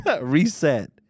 reset